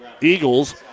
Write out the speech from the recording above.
Eagles